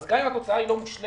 אז גם אם התוצאה לא מושלמת,